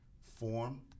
form